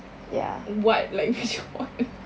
what like which one